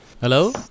Hello